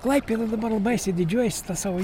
klaipėda dabar baisiai didžiuojas savoi